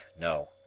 No